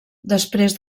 després